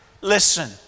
Listen